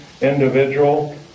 individual